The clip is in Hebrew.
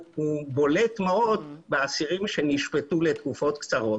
הוא בולט מאוד באסירים שנשפטו לתקופות קצרות.